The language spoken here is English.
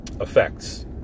effects